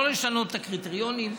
לא לשנות את הקריטריונים,